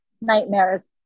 nightmares